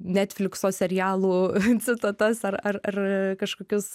netflixo serialų citatas ar ar ar kažkokius